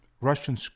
Russian